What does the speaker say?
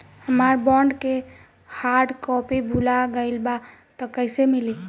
हमार बॉन्ड के hard copy भुला गएलबा त कैसे मिली?